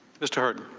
mr.